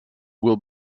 will